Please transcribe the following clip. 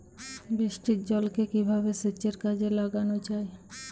বৃষ্টির জলকে কিভাবে সেচের কাজে লাগানো যায়?